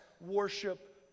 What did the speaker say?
worship